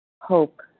hope